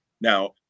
now